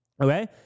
okay